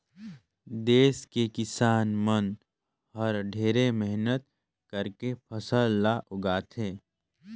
देस के किसान मन हर ढेरे मेहनत करके फसल ल उगाथे